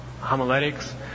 homiletics